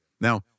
Now